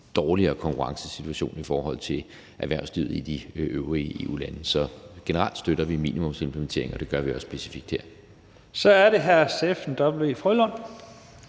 dårligere konkurrencesituation i forhold til erhvervslivet i de øvrige EU-lande. Så generelt støtter vi minimumsimplementeringer, og det gør vi også specifikt her. Kl. 13:50 Første næstformand